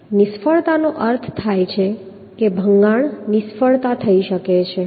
નિષ્ફળતાનો અર્થ થાય છે કે ભંગાણ નિષ્ફળતા થઈ શકે છે